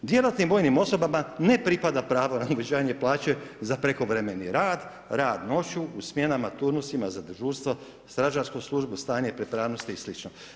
Djelatnim vojnim osobama ne pripada pravo na uvećanje za prekovremeni rad, rad noću, u smjenama, turnusima, za dežurstvo, stražarsku službu, stanje pripravnosti i slično.